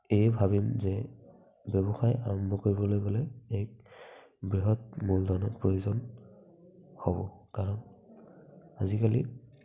এয়ে ভাবিম যে ব্যৱসায় আৰম্ভ কৰিবলৈ গ'লে এক বৃহৎ মূলধনৰ প্ৰয়োজন হ'ব কাৰণ আজিকালি